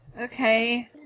Okay